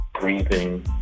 breathing